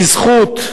בזכות,